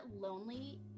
lonely